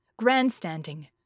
Grandstanding